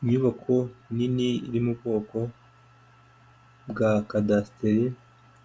Inyubako nini iri mu bwoko bwa kadasitere,